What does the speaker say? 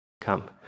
Come